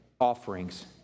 offerings